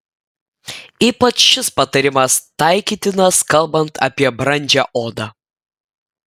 ypač šis patarimas taikytinas kalbant apie brandžią odą